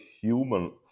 human